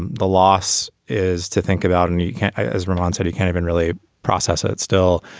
the loss is to think about. and you can't as ramon said, he can't even really process it still